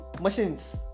machines